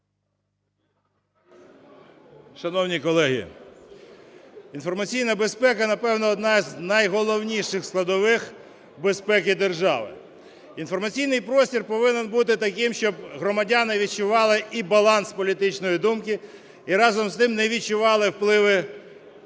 Шановні колеги! Інформаційна безпека напевно одна з найголовніших складових безпеки держави. Інформаційний простір повинен бути таким, щоб громадяни відчували і баланс політичної думки, і разом з тим не відчували впливи, реальні